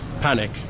panic